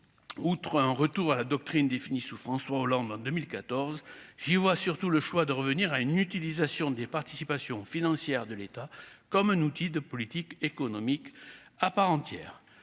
outre un retour à la doctrine définie sous François Hollande en 2014, j'y vois surtout le choix de revenir à une utilisation des participations financières de l'État comme un outil de politique économique à part entière,